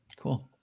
Cool